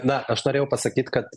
na aš norėjau pasakyt kad